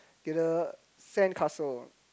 get the sandcastle